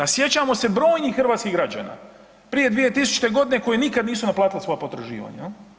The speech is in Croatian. A sjećamo se brojnih hrvatskih građana, prije 2000.g. koji nikad nisu naplatili svoja potraživanja.